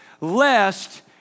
lest